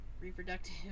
Reproductive